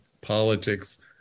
politics